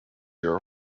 your